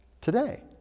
today